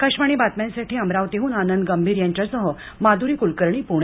आकाशवाणी बातम्यांसाठी अमरावतीहन आनंद गंभीर यांच्यासह माध्री क्लकर्णी प्णे